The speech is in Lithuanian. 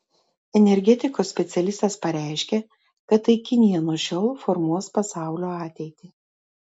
energetikos specialistas pareiškė kad tai kinija nuo šiol formuos pasaulio ateitį